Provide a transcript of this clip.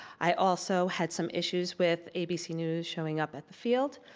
i also had some issues with abc news showing up at the field.